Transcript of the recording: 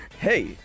Hey